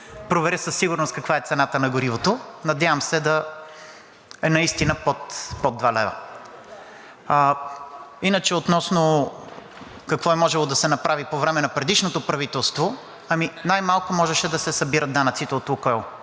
проверя със сигурност каква е цената на горивото, надявам се да е наистина под 2,00 лв. Иначе относно какво е можело да се направи по време на предишното правителство, ами най-малко можеше да се събират данъците от „Лукойл“,